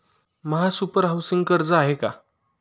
महासुपर हाउसिंग कर्ज आहे का?